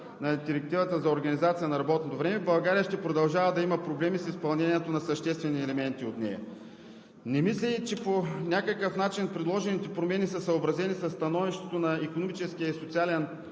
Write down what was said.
на Директивата за организация на работното време, България ще продължава да има проблеми с изпълнението на съществени елементи от нея. Не мисля, че по някакъв начин предложените промени са съобразени със становището на Икономическия и социален